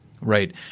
Right